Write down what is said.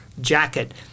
jacket